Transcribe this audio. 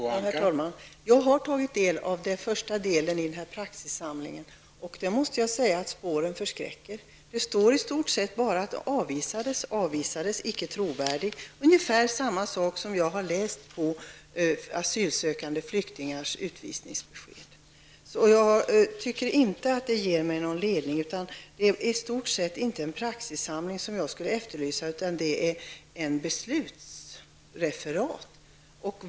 Herr talman! Jag har studerat den första delen av denna praxissamling, och jag måste säga att spåren förskräcker. Där står i stort sett bara ''avvisades'' och ''icke trovärdig'', ungefär samma saker som jag har läst i asylsökande flyktingars utvisningsbesked. Jag tycker inte att detta ger mig någon ledning. Jag skulle i stort sett efterlysa inte en praxissamling utan beslutsreferat.